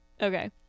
okay